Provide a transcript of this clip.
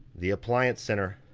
the appliance center.